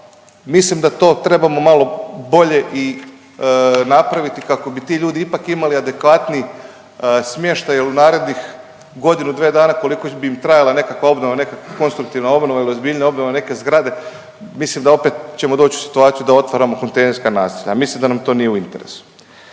mislim da to trebamo malo bolje i napraviti kako bi ti ljudi ipak imali adekvatniji smještaj jer u narednih godinu, dve dana koliko bi im trajala nekakva obnova, neka konstruktivna obnova ili ozbiljnija obnova neke zgrade, mislim da opet ćemo doći u situaciju da otvaramo kontejnerska naselja. Mislim da nam to nije u interesu.